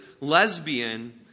lesbian